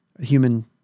human